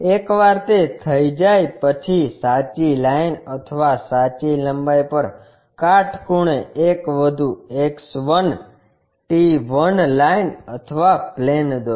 એકવાર તે થઈ જાય પછી સાચી લાઇન અથવા સાચી લંબાઈ પર કાટખૂણે એક વધુ X 1 I 1 લાઈન અથવા પ્લેન દોરો